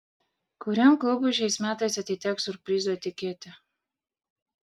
kuriam klubui šiais metais atiteks siurprizo etiketė